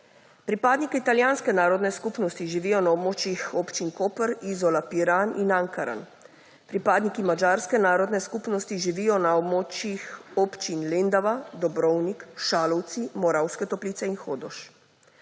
Pripadniki italijanske narodne skupnosti živijo na območjih občin Koper, Izola, Piran in Ankaran. Pripadniki madžarske narodne skupnosti živijo na območjih občin Lendava, Dobrovnik, Šalovci, Moravske Toplice in Hodoš.